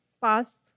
past